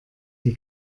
die